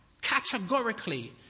categorically